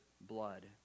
blood